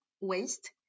waste